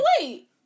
wait